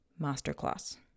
masterclass